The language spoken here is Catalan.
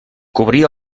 cobria